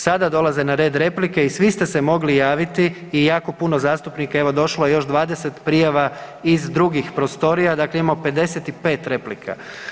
Sada dolaze na red replike i svi ste se mogli javiti i jako puno zastupnika, evo došlo je još 20 prijava iz drugih prostorija, dakle imamo 55 replika.